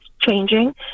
changing